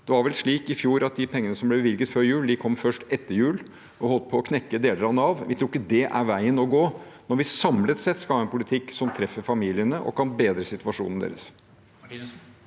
Det var vel slik i fjor at de pengene som ble bevilget før jul, kom først etter jul og holdt på å knekke deler av Nav. Vi tror ikke det er veien å gå når vi samlet sett skal ha en politikk som treffer familiene, og kan bedre situasjonen deres.